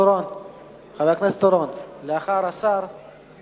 כבר אמרתי